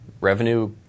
Revenue